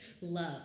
Love